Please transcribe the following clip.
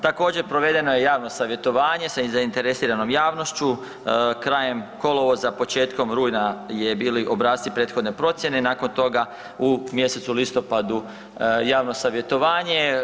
Također, provedeno je javno savjetovanje sa zainteresiranom javnošću, krajem kolovoza početkom rujna je bili obrasci prethodne procjene i nakon toga u mjesecu listopadu javno savjetovanje.